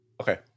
Okay